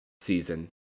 season